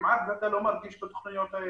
כמעט ואתה לא מרגיש את התוכניות האלה.